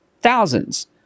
thousands